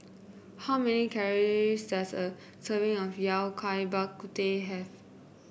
how many calories does a serving of Yao Cai Bak Kut Teh have